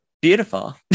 Beautiful